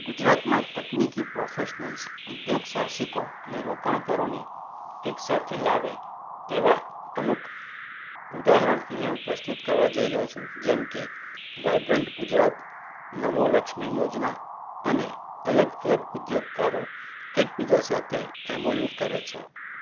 ગુજરાતમાં તકનીકી પ્રોફેશનલ્સ ઉદ્યોગ સાહસિકો અને રોકાણકારોને એક સાથે લાવે તેવાં અમુક ઉદાહરણ અહીંયા હું પ્રસ્તુત કરવા જઈ રહ્યો છું જેમકે વાઇબ્રન્ટ ગુજરાત નમો લક્ષ્મી યોજના અને અલગ અલગ ઉદ્યોગકારો એકબીજા સાથે એમઓયુ કરે છે